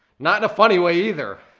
not in a funny way either.